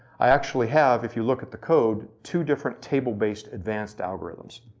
i actually have, if you look at the code, two different table-based advanced algorithms.